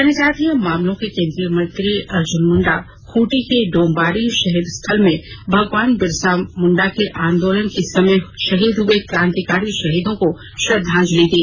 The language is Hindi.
जनजातीय मामलों के केंद्रीय मंत्री अर्जुन मुंडा खूंटी के डोम्बारी शहीद स्थल में भगवान बिरसा के आंदोलन के समय शहीद हुए क्रांतिकारी शहीदों को श्रद्वांजलि दी